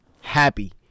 happy